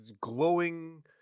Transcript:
glowing